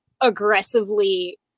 aggressively